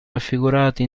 raffigurati